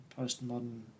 postmodern